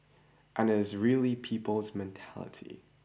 and it is really people's mentality